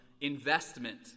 investment